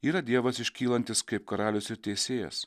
yra dievas iškylantis kaip karalius ir teisėjas